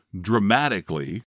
dramatically